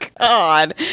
god